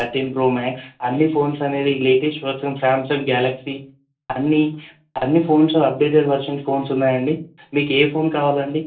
thirteen pro max అన్ని phones అనేవి latest version Samsung Galaxy అన్ని అన్ని ఫోన్సు అప్డేటెడ్ వర్షన్స్ ఫోన్స్ ఉన్నాయండి మీకు ఏ ఫోన్ కావాలండి